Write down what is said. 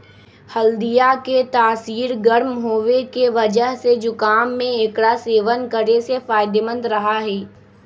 हल्दीया के तासीर गर्म होवे के वजह से जुकाम में एकरा सेवन करे से फायदेमंद रहा हई